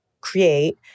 create